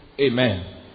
Amen